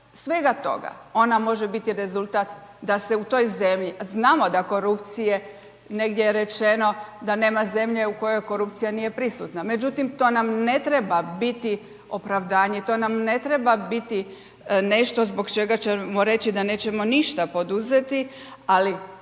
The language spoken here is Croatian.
svega toga. Ona može biti rezultat da se u toj zemlji a znamo da korupcije, negdje je rečeno da nema zemlje u kojoj korupcija nije prisutna. Međutim, to nam ne treba biti opravdanje, to nam ne treba biti nešto zbog čega ćemo reći da nećemo ništa poduzeti ali